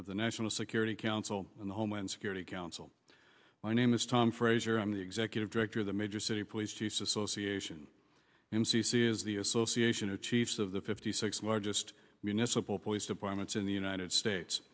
the national security council and the homeland security council my name is tom frazier i'm the executive director of the major city police chiefs association m c c is the association of chiefs of the fifty six largest municipal police departments in the united states